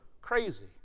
crazy